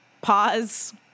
pause